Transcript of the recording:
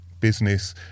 business